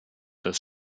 des